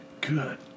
good